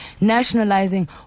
nationalizing